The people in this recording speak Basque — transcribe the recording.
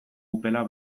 upela